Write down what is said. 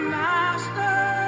master